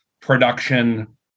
production